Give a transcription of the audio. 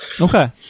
Okay